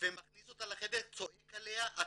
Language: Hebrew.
ואם מדובר על קטינים או חסרי ישע אז זה לפי סעיף 120 ד' 1 (ב)